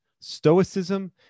stoicism